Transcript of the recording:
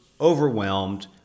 overwhelmed